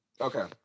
Okay